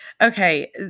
Okay